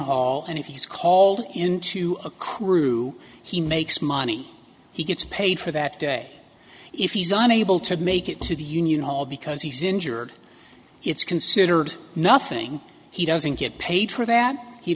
hall and if he's called into a crew he makes money he gets paid for that day if he's unable to make it to the union hall because he's injured it's considered nothing he doesn't get paid for that he